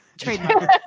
Trademark